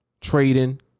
trading